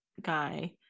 guy